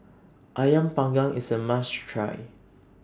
Ayam Panggang IS A must Try